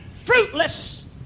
fruitless